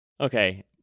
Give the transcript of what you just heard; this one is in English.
Okay